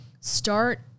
Start